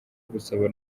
gusaba